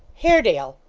haredale!